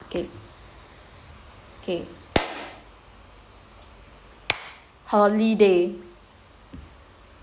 K K holiday